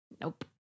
Nope